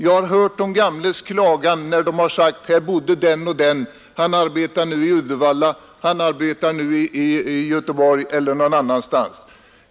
Jag har hört de gamlas klagan när de säger: ”Här bodde den och den; han arbetar nu i Uddevalla” osv.